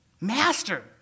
master